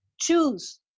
Choose